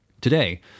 Today